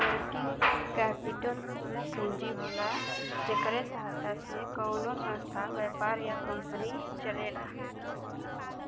working capital उ पूंजी होला जेकरे सहायता से कउनो संस्था व्यापार या कंपनी चलेला